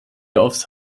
offs